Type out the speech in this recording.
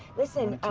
listen,